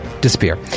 disappear